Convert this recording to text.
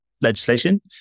legislation